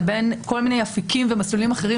לבין כל מיני אפיקים ומסלולים אחרים